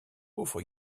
pauvre